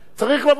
צריך לבוא,